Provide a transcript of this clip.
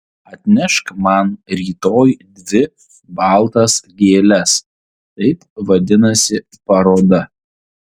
atnešk man rytoj dvi baltas gėles taip vadinasi paroda